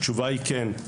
התשובה היא כן.